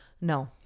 No